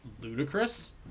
ludicrous